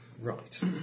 Right